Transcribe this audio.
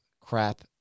crap